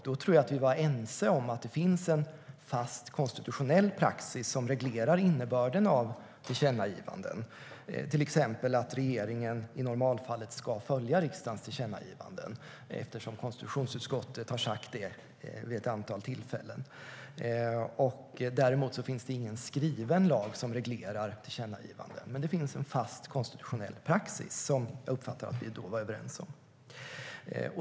Då tror jag att vi var ense om att det finns en fast, konstitutionell praxis som reglerar innebörden av tillkännagivanden, till exempel att regeringen i normalfallet ska följa riksdagens tillkännagivanden eftersom konstitutionsutskottet har sagt det vid ett antal tillfällen. Däremot finns det ingen skriven lag som reglerar tillkännagivanden. Men det finns alltså en fast, konstitutionell praxis som jag uppfattade att vi då var överens om.